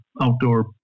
outdoor